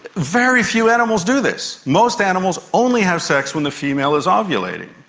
very few animals do this. most animals only have sex when the female is ah ovulating,